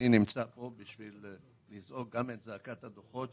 נמצא פה בשביל לזעוק גם את זעקת הדוחות,